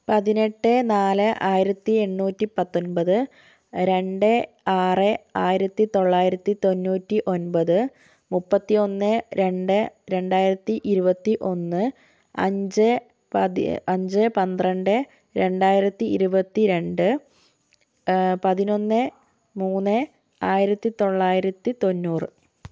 പതിനെട്ട് നാല് ആയിരത്തി എണ്ണൂറ്റി പത്തൊൻപത് രണ്ട് ആറ് ആയിരത്തി തൊള്ളായിരത്തി തൊണ്ണൂറ്റി ഒൻപത് മുപ്പത്തി ഒന്ന് രണ്ട് രണ്ടായിരത്തി ഇരുപത്തി ഒന്ന് അഞ്ച് പതിയെ അഞ്ച് പന്ത്രണ്ട് രണ്ടായിരത്തി ഇരുപത്തി രണ്ട് പതിനൊന്ന് മൂന്ന് ആയിരത്തി തൊള്ളായിരത്തി തൊണ്ണൂറ്